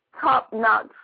top-notch